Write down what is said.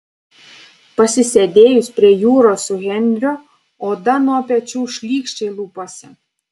pasisėdėjus prie jūros su henriu oda nuo pečių šlykščiai luposi